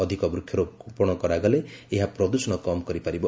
ଅଧିକ ବୃକ୍ଷ ରୋପଣ କରାଗଲେ ଏହା ପ୍ରଦୃଷଣ କମ୍ କରିପାରିବ